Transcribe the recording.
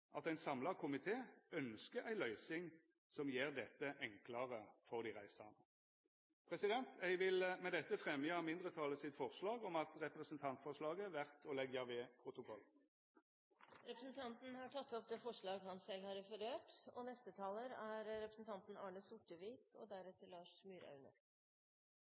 at ein samla komité ønskjer ei løysing som gjer dette enklare for dei reisande. Eg vil med dette fremja mindretalet sitt forslag om at representantforslaget vert å leggja ved protokollen. Representanten Magne Rommetveit har tatt opp det forslaget han refererte til. Dette er et godt initiativ og gode forslag fra Kristelig Folkeparti. Det er